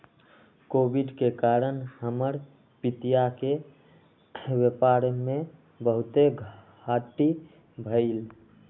Covid के कारण हमर पितिया के व्यापार में बहुते घाट्टी भेलइ